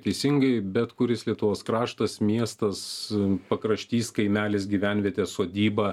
teisingai bet kuris lietuvos kraštas miestas pakraštys kaimelis gyvenvietė sodyba